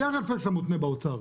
זה הרפלקס המותנה באוצר.